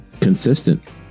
consistent